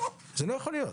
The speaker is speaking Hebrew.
זה לא יכול להיות.